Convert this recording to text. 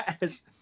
yes